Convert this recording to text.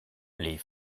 les